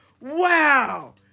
Wow